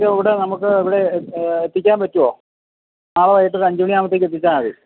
ഇവിടെ നമുക്ക് ഇവിടെ എത്തിക്കാന് പറ്റുമോ നാളെ വൈകിട്ട് ഒരു അഞ്ചുമണി ആകുമ്പോഴത്തേക്ക് എത്തിച്ചാൽ മതി